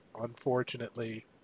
unfortunately